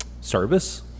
service